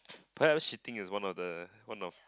what else you think she's one of the one of